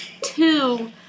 Two